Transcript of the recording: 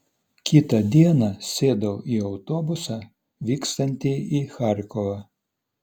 kitą dieną sėdau į autobusą vykstantį į charkovą